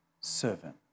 servant